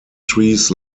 trees